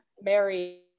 Mary